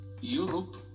Europe